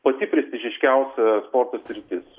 pati prestižiškiausia sporto sritis